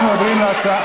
למה לכל היום?